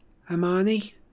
Hermione